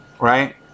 Right